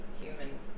human